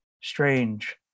strange